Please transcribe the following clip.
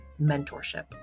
mentorship